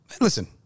Listen